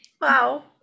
Wow